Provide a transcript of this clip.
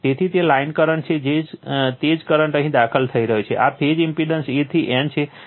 તેથી તે line current છે તે જ કરંટ અહીં દાખલ થઈ રહ્યો છે આ ફેઝ ઇમ્પેડન્સ A થી N છે